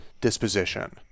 disposition